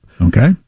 Okay